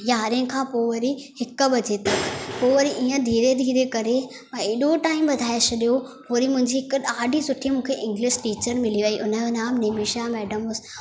यारहें खां पोइ वरी हिकु बजे तई पोइ वरी ईअं धीरे धीरे करे मां एॾो टाइम वधाए छॾियो वरी मुंहिंजी हिकु ॾाढी सुठी मूंखे इंग्लिश टीचर मिली वई उनजो नाम निमिशा मैडम हो